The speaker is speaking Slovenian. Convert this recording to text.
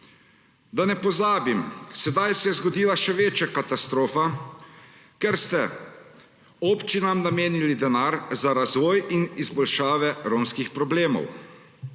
Da ne pozabim, sedaj se je zgodila še večja katastrofa, ker ste občinam namenili denar za razvoj in izboljšave romskih problemov.